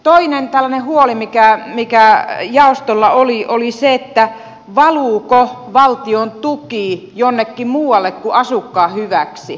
toinen tällainen huoli mikä jaostolla oli oli se valuuko valtion tuki jonnekin muualle kuin asukkaan hyväksi